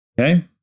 Okay